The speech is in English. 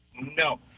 No